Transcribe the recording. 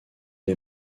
est